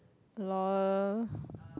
lol